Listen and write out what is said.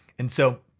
and so